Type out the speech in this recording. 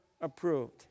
approved